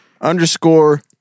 Underscore